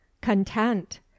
Content